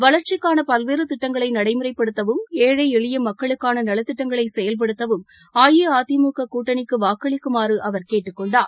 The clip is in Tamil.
வளர்ச்சிக்னன பல்வேறு திட்டங்களை நடைமுறைப்படுத்தவும் ஏழை எளிய மக்களுக்கான நலத்திட்டங்களை செயல்படுத்தவும் அஇஅதிமுக கூட்டணிக்கு வாக்களிக்குமாறு அவர் கேட்டுக் கொண்டார்